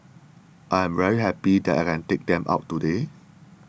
I am very happy that I can take them out today